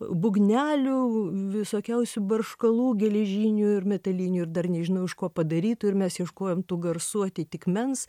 būgnelių visokiausių barškalų geležinių ir metalinių ir dar nežinau iš ko padarytų ir mes ieškojom tų garsų atitikmens